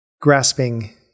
grasping